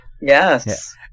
Yes